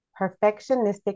perfectionistic